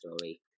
story